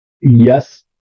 yes